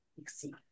exceed